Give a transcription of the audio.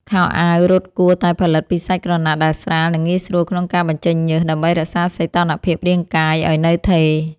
ខោអាវរត់គួរតែផលិតពីសាច់ក្រណាត់ដែលស្រាល និងងាយស្រួលក្នុងការបញ្ចេញញើស ដើម្បីរក្សាសីតុណ្ហភាពរាងកាយឱ្យនៅថេរ។